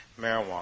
marijuana